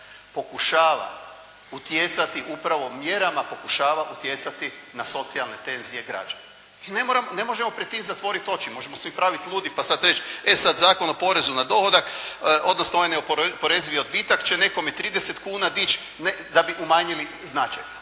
pokušava utjecati upravo mjerama, pokušava utjecati na socijalne tenzije građana. I ne moramo, ne možemo pred tim zatvoriti oči. Možemo se praviti ludi pa sad reći, e sad Zakon o porezu na dohodak, odnosno onaj neoporezivi odbitak će nekome 30 kuna dići, ne da bi umanjili značaj.